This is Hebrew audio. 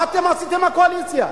מה אתם עשיתם, הקואליציה?